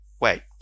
wait